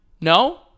no